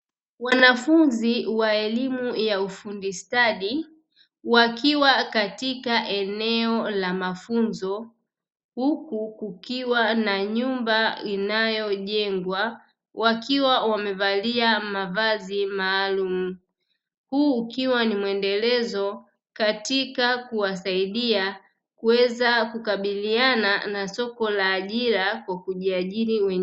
Wanafunzi wa elimu ya ufundi stadi, wakiwa katika eneo la mafunzo huku kukiwa na nyumba inayojengwa, wakiwa wamevalia mavazi maalumu. Huu ukiwa ni mwendelezo katika kuwasaidia kuweza kukabiliana na soko la ajira kwa kujiajiri wenyewe.